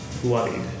bloodied